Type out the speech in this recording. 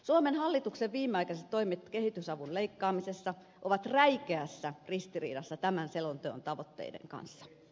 suomen hallituksen viimeaikaiset toimet kehitysavun leikkaamisessa ovat räikeässä ristiriidassa tämän selonteon tavoitteiden kanssa